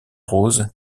rose